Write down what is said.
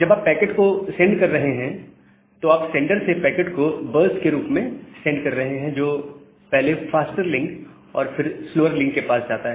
जब आप पैकेट को सेंड कर रहे हैं तो आप सेंडर से पैकेट को बर्स्ट के रूप में सेंड कर रहे हैं जो पहले फास्टर लिंक और फिर स्लोवर लिंक के पार जाता है